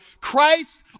Christ